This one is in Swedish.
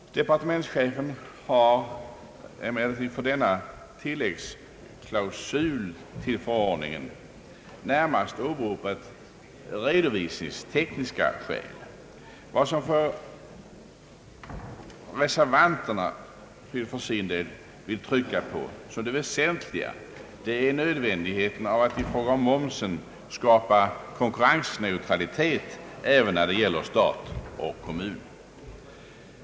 Departementschefen har emellertid för denna tillläggsklausul till förordningen närmast åberopat redovisningstekniska skäl. Vad reservanterna för sin del vill trycka på som det väsentliga är i stället nödvändigheten av att i fråga om momsen skapa konkurrensneutralitet även när det gäller stat och kommun.